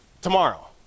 Tomorrow